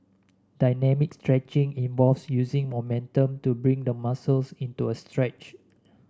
dynamic stretching involves using momentum to bring the muscles into a stretch